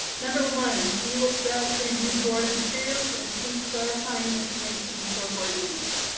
number one, we will strive to review board materials and seek clarifying information before board meetings.